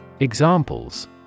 Examples